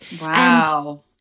Wow